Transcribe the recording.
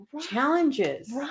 challenges